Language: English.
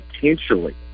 potentially